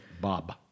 bob